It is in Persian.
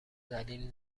ذلیل